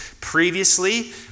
previously